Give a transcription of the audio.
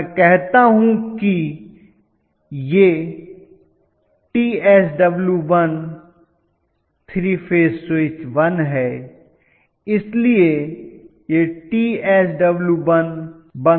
तो मैं कहता हूं कि यह Tsw1 3 फेज स्विच 1 है इसलिए यह Tsw1 बंद हो जाएगा